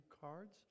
cards